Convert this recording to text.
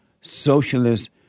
socialist